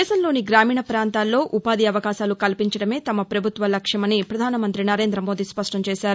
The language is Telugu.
దేశంలోని గ్రామీణ పాంతాల్లో ఉపాధి అవకాశాలు కల్పించడమే తమ పభుత్వ లక్ష్యమని ప్రధానమంత్రి నరేంద్రమోదీ పేర్కొన్నారు